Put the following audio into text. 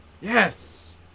Yes